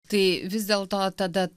tai vis dėlto tada